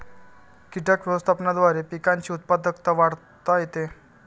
कीटक व्यवस्थापनाद्वारे पिकांची उत्पादकता वाढवता येते